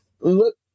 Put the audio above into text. Look